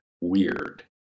weird